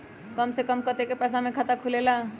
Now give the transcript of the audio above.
कम से कम कतेइक पैसा में खाता खुलेला?